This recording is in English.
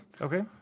Okay